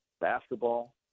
basketball